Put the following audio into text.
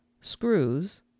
screws